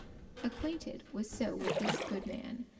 acquainted was so with this goode man,